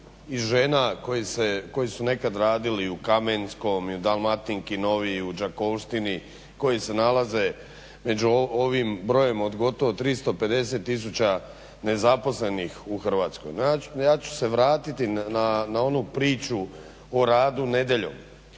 i žena koji su nekad radili u Kamenskom i u Dalmatinki novi, u Đakovštini, koji se nalaze među ovim brojem od gotovo 350000 nezaposlenih u Hrvatskoj. Ja ću se vratiti na onu priču o radu nedjeljom.